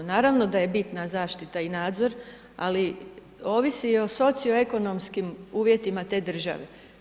Naravno da je bitna zaštita i nadzor, ali ovisi i o socioekonomskim uvjetima te države.